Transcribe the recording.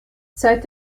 seit